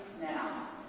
now